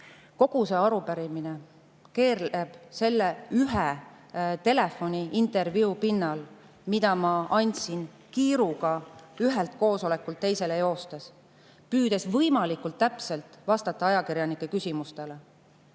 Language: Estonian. Kogu see arupärimine keerleb selle ühe telefoniintervjuu pinnal, mille ma andsin kiiruga ühelt koosolekult teisele joostes, püüdes võimalikult täpselt vastata ajakirjanike küsimustele.